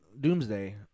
Doomsday